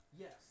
Yes